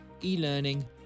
e-learning